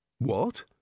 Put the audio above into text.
What